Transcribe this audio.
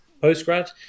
post-grad